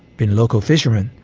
being local fishermen,